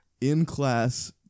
in-class